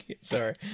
Sorry